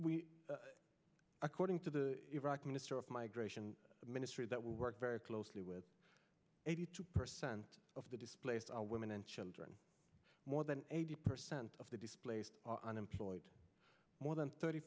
according to the iraqi minister of migration the ministry that we work very closely with eighty two percent of the displaced are women and children more than eighty percent of the displaced unemployed more than thirty